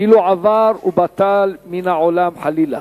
כאילו עבר ובטל מן העולם חלילה.